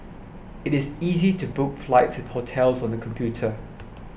it is easy to book flights and hotels on the computer